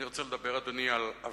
אדוני, אני רוצה לדבר על הוועידה